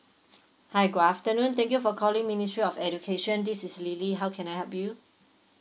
hi good afternoon thank you for calling ministry of education this is lily how can I help you